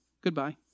Goodbye